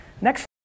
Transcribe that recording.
next